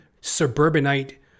suburbanite